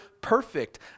perfect